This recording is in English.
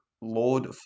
Lord